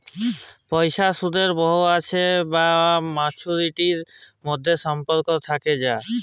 পয়সার সুদের হ্য়র আর মাছুয়ারিটির মধ্যে যে সম্পর্ক থেক্যে হ্যয়